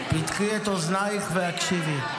פתחי את אוזנייך והקשיבי.